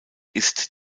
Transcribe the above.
ist